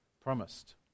promised